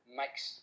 makes